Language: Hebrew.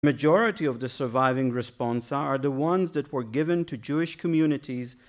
‫המיוחד של ההתגובה ‫הם האנשים שהם נותנים ‫לקבוצות יהודית...